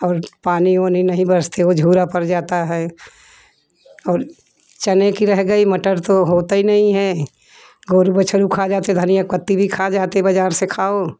पानी वानी नहीं बरसती है वो झुरा पर जाता है चने के रह गई मटर तो होता ही नहीं है और गौर बछडू खा जाती है धनिया के पट्टी भी खा जाते बाज़ार से खाव